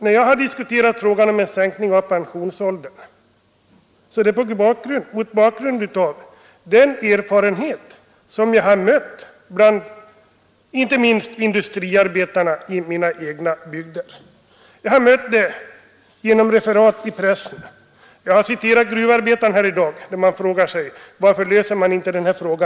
När jag har diskuterat frågan om sänkt pensionsålder, herr Fredriksson, så har jag gjort det mot bakgrund av den erfarenhet jag fått från mina möten med vardagsfolket, inte minst industriarbetarna, i min egen bygd. Jag har också mött samma tankegångar i en del pressreferat. Tidigare i dag har jag citerat ur tidningen Gruvarbetaren, där man undrade varför inte pensionsfrågan blir löst.